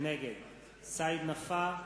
נגד סעיד נפאע,